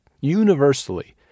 Universally